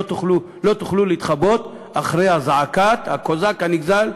לא תוכלו להתחבא מאחורי זעקת הקוזק הנגזל,